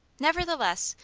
nevertheless,